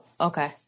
okay